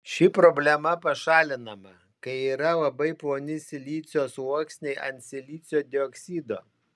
ši problema pašalinama kai yra labai ploni silicio sluoksniai ant silicio dioksido